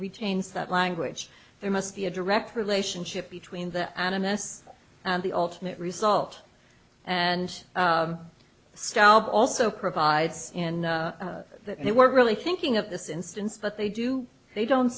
retains that language there must be a direct relationship between the animists and the ultimate result and scalp also provides in that they weren't really thinking of this instance but they do they don't